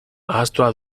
ahaztua